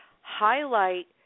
highlight